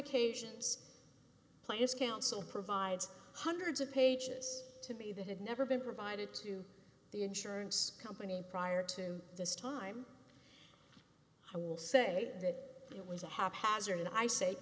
occasions plaintiffs council provides hundreds of pages to me that had never been provided to the insurance company prior to this time i will say that it was a haphazard i say